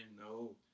No